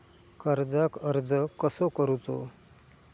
कर्जाक अर्ज कसो करूचो?